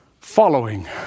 following